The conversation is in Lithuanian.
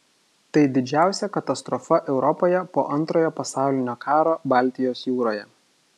tai didžiausia katastrofa europoje po antrojo pasaulinio karo baltijos jūroje